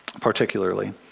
particularly